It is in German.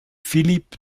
philippe